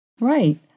Right